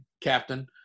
captain